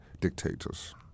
dictators